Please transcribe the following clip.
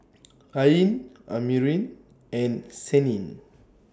Ain Amrin and Senin